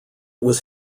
was